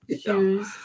shoes